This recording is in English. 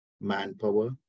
manpower